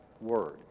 word